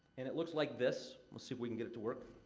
and it looks like this. we'll see if we can get it to work.